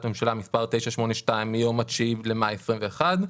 ממשלה מספר 982 מיום ה-9 במאי 2021,